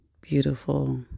beautiful